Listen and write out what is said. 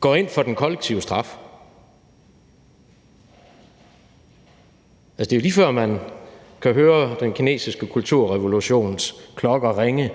går ind for den kollektive straf. Altså, det er jo, lige før man kan høre den kinesiske kulturrevolutions klokker ringe,